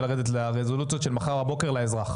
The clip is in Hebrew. לרדת לרזולוציות של מחר בבוקר לאזרח.